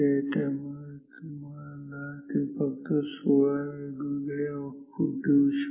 त्यामुळे ते तुम्हाला फक्त 16 वेगवेगळे आऊटपुट देऊ शकते